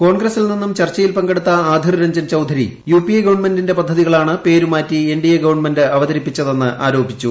കോൺഗ്രസിൽ നിന്നും ചർച്ചയിൽ പങ്കെടുത്ത ആധിർ രഞ്ജൻ ചൌധരി യുപിഎ ഗവണ്മെന്റിന്റെ പദ്ധതികളാണ് പേരുമാറ്റിട്ട എൻഡിഎ ഗവണ്മെന്റ് അവതരിപ്പിച്ചതെന്ന് ആരോപിച്ചു